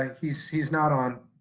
ah he's he's not on.